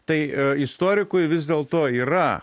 tai ė istorikui vis dėlto yra